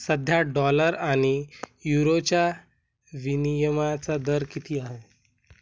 सध्या डॉलर आणि युरोच्या विनिमयाचा दर किती आहे